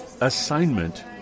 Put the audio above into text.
assignment